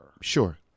Sure